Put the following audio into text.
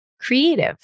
creative